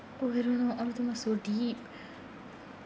but I don't know all of them are so deep